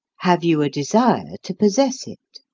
have you a desire to possess it?